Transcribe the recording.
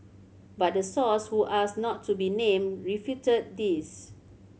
but the source who asked not to be named refuted this